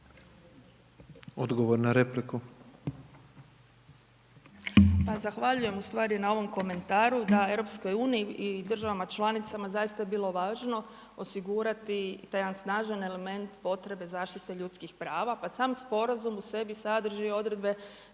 Odgovor na repliku.